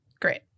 Great